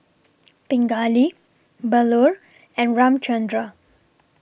Pingali Bellur and Ramchundra